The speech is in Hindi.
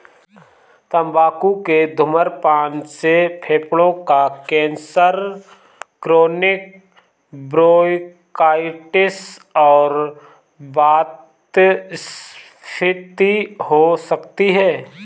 तंबाकू के धूम्रपान से फेफड़ों का कैंसर, क्रोनिक ब्रोंकाइटिस और वातस्फीति हो सकती है